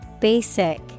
Basic